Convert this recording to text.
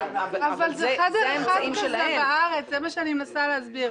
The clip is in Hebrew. בארץ, זה מה שאני מנסה להסביר.